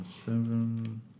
Seven